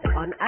on